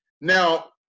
Now